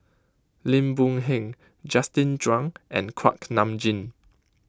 Lim Boon Heng Justin Zhuang and Kuak Nam Jin